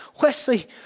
Wesley